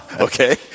Okay